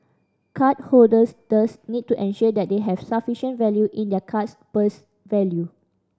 card holders thus need to ensure that they have sufficient value in their card's purse value